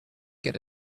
get